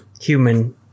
human